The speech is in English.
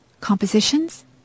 compositions